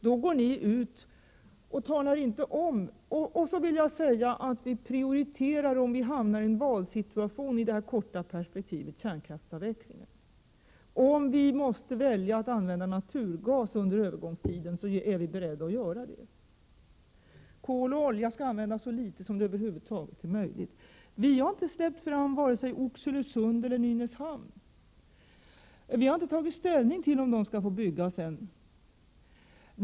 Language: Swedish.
Om vi i det korta perspektivet hamnar i en valsituation prioriterar vi kärnkraftsavvecklingen. Om vi måste välja att använda naturgas under övergångstiden är vi beredda att göra det — kol och olja skall användas så litet som det över huvud taget är möjligt. Vi har inte släppt fram anläggningarna i vare sig Oxelösund eller Nynäshamn. Vi har inte ännu tagit ställning till om de skall få byggas.